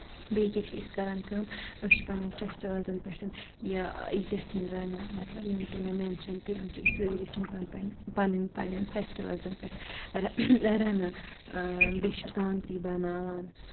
بیٚیہِ کیٛاہ چھِ أسۍ کَران کٲم أسۍ چھِ پَنٕنۍ فیسٹِوَلزَن پٮ۪ٹھ یہِ ییٖتیٛاہ سِنۍ رَنان مَطلَب یِم تہِ مےٚ مٮ۪نشَن کٔرۍ یِم چھِ أسۍ سٲری سٕنٛدۍ پَنٕنۍ پَنٕنۍ پَنٕنۍ پَننؠن فیسٹِوَلزَن پٮ۪ٹھ رَنان بیٚیہِ چھُ کانتی بَناوان